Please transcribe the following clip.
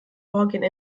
vorgehen